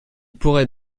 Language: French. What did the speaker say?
pourrait